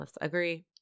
agree